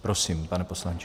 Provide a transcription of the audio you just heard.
Prosím, pane poslanče.